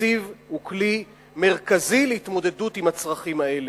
ותקציב הוא כלי מרכזי להתמודדות עם הצרכים האלה.